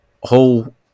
whole